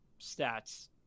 stats